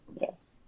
Yes